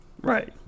Right